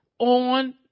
On